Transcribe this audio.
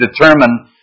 determine